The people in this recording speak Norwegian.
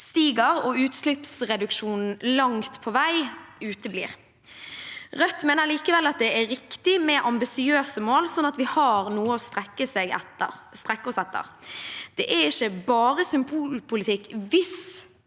stiger, og utslippsreduksjonen langt på vei uteblir. Rødt mener likevel det er riktig med ambisiøse mål, slik at vi har noe å strekke oss etter. Det er ikke bare symbolpolitikk hvis